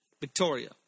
Victoria